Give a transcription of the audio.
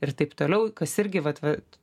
ir taip toliau kas irgi vat vat